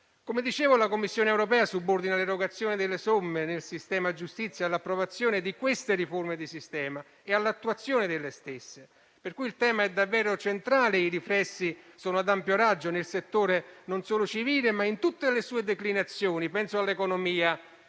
Come dicevo, la Commissione europea subordina l'erogazione delle somme nel sistema giustizia all'approvazione di queste riforme di sistema e all'attuazione delle stesse, per cui il tema è davvero centrale e i riflessi sono ad ampio raggio nel settore non solo civile, ma in tutte le sue declinazioni; penso all'economia,